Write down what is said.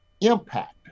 impact